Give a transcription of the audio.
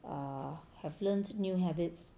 err have learnt new habits